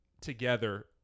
together